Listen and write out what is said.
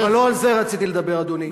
אבל לא על זה רציתי לדבר, אדוני.